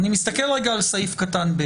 אני מסתכל רגע על תקנת משנה (ב)